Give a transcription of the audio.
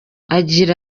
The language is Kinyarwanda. yagize